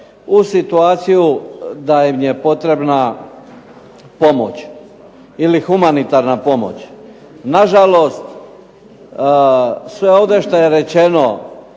u situaciju da im je potrebna pomoć ili humanitarna pomoć. Na žalost, sve ovdje što je rečeno